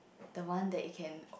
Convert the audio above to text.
the one that it can